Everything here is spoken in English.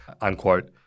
unquote